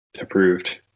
approved